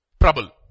Trouble